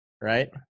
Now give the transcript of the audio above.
Right